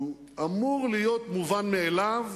אמור להיות מובן מאליו,